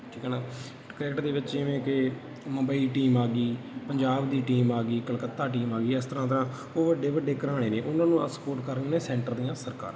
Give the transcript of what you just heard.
ਠੀਕ ਆ ਨਾ ਕ੍ਰਿਕੇਟ ਦੇ ਵਿੱਚ ਜਿਵੇਂ ਕਿ ਮੁੰਬਈ ਟੀਮ ਆ ਗਈ ਪੰਜਾਬ ਦੀ ਟੀਮ ਆ ਗਈ ਕਲਕੱਤਾ ਟੀਮ ਆ ਗਈ ਇਸ ਤਰ੍ਹਾਂ ਤਰ੍ਹਾਂ ਉਹ ਵੱਡੇ ਵੱਡੇ ਘਰਾਣੇ ਨੇ ਉਹਨਾਂ ਨੂੰ ਆਹ ਸਪੋਰਟ ਕਰ ਰਹੇ ਨੇ ਸੈਂਟਰ ਦੀਆਂ ਸਰਕਾਰਾਂ